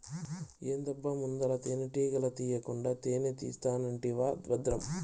ఏందబ్బా ముందల తేనెటీగల తీకుండా తేనే తీస్తానంటివా బద్రం